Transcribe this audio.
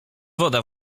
woda